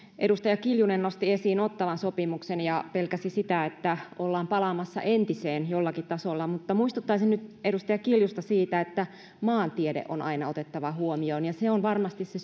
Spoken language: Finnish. edustaja kiljunen nosti esiin ottawan sopimuksen ja pelkäsi että ollaan palaamassa entiseen jollakin tasolla mutta muistuttaisin nyt edustaja kiljusta siitä että maantiede on aina otettava huomioon se on varmasti se